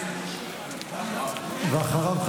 ואחריו,